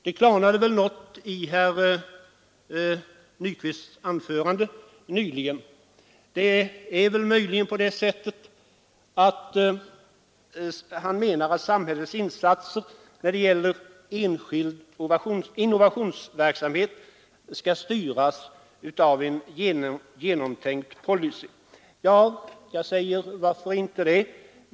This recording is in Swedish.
Det klarnade väl något när herr Nyquist höll sitt anförande nyss. Möjligen är det på det sättet att herr Nyquist menar att samhällets insatser när det gäller enskild innovationsverksamhet skall styras av en genomtänkt policy. Ja, varför inte det?